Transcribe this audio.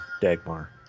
Dagmar